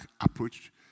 approach